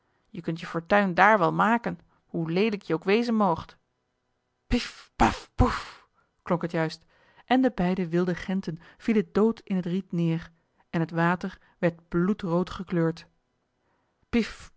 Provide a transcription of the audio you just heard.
je kunt je fortuin daar wel maken hoe leelijk je ook wezen moogt piefpafpoef klonk het juist en de beide wilde genten vielen dood in het riet neer en het water werd bloedrood gekleurd